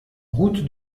route